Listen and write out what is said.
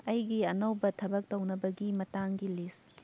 ꯑꯩꯒꯤ ꯑꯅꯧꯕ ꯊꯕꯛ ꯇꯧꯅꯕꯒꯤ ꯃꯇꯥꯡꯒꯤ ꯂꯤꯁ